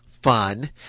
Fun